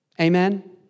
Amen